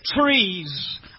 trees